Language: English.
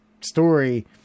story